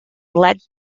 lead